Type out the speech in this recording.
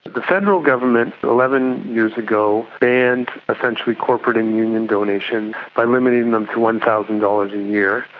the federal government eleven years ago banned essentially corporate and union donations by limiting them to one thousand dollars a year,